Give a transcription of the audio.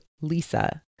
Lisa